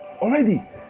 Already